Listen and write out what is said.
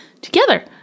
together